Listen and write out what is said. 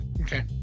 Okay